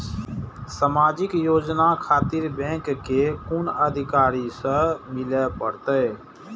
समाजिक योजना खातिर बैंक के कुन अधिकारी स मिले परतें?